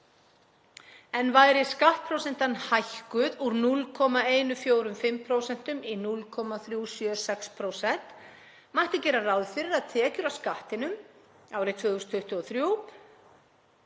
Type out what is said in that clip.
En væri skattprósentan hækkuð úr 0,145% í 0,376% mætti gera ráð fyrir að tekjur af skattinum árið 2024,